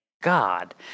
God